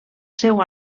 seu